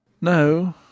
no